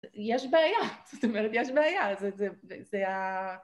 יש בעיה, זאת אומרת, יש בעיה, זה, זה, זה, זה, אהההההההההההההההההההההה